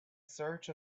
search